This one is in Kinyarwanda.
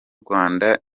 rwanda